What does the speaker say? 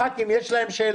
לחברי הכנסת יש שאלה.